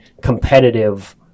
competitive